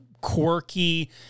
quirky